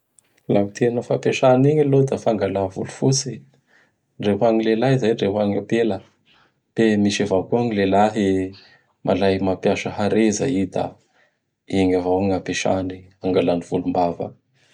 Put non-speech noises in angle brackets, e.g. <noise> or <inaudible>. Laha gny tena fampiasa anigny aloha da fangala volofotsy. Ndre ho an'gny lehilahy izay, ndre ho agn' ampela. Fe misy avao koa gny lehilahy, malay mampiasa hareza i da igny avao gn' ampiasany <noise> angalany volombava.